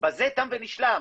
בזה תם ונשלם.